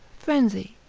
frenzy.